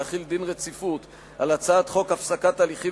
להחיל דין רציפות על הצעת חוק הפסקת הליכים